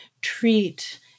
treat